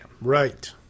Right